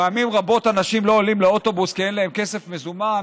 פעמים רבות אנשים לא עולים לאוטובוס כי אין להם כסף מזומן,